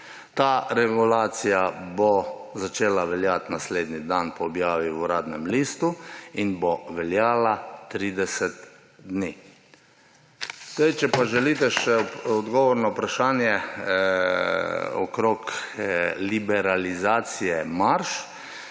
Ta regulacija bo začela veljati naslednji dan po objavi v Uradnem listu in bo veljala 30 dni. Če želite še odgovor na vprašanje okrog liberalizacije marž,